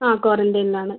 അ ക്വാറൻറ്റീനിൽ ആണ്